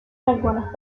algunas